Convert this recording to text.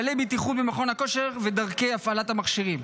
כללי הבטיחות במכון הכושר ודרכי הפעלת המכשירים.